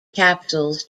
capsules